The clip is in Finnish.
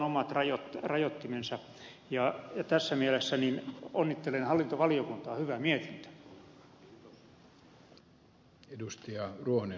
siellä on omat rajoittimensa ja tässä mielessä onnittelen hallintovaliokuntaa hyvä mietintö